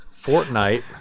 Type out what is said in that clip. Fortnite